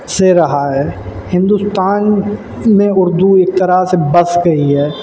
سے رہا ہے ہندوستان میں اردو ایک طرح سے بس گئی ہے